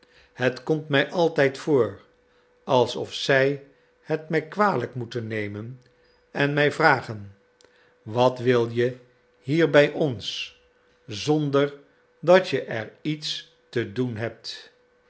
het komt mij altijd voor alsof zij het mij kwalijk moeten nemen en mij vragen wat wil je hier bij ons zonder dat je er iets te doen hebt